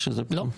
לא.